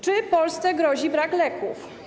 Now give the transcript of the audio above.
Czy Polsce grozi brak leków?